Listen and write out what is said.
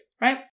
right